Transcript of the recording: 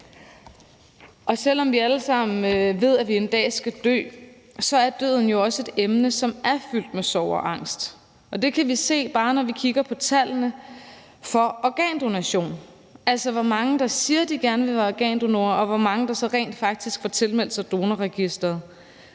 Selv om vi alle sammen ved, at vi en dag skal dø, så er døden jo også et emne, som er fyldt med sorg og angst, og det kan vi bare se, når vi kigger på tallene for organdonation, altså hvor mange der siger, at de gerne vil være organdonorer, og hvor mange der så rent faktisk får tilmeldt sig Donorregistret.